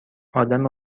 آدم